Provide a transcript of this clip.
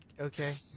okay